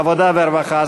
עבודה ורווחה.